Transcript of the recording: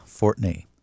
Fortney